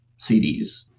CDs